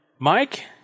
Mike